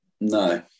No